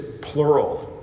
plural